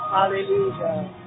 Hallelujah